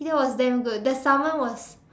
that was damn good the Salmon was